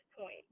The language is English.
point